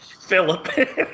Philip